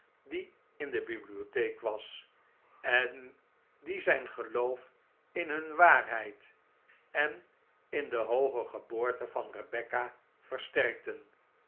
die in de bibliotheek was en die zijn geloof in hun waarheid en in de hooge geboorte van rebecca versterkten